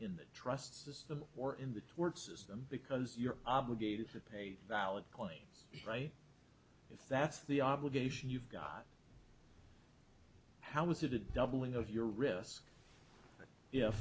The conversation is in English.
in the trust system or in the tort system because you're obligated to pay valid claims right if that's the obligation you've got how is it a doubling of your risk